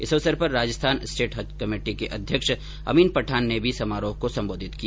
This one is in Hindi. इस अवसर पर राजस्थान स्टेट हज कमेटी के अध्यक्ष अमीन पठान ने भी समारोह को संबोधित किया